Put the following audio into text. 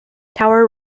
tower